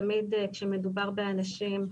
תמיד כשמדובר באנשים,